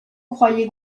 croyez